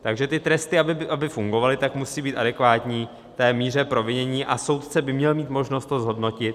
Takže ty tresty, aby fungovaly, musejí být adekvátní míře provinění a soudce by měl mít možnost to zhodnotit.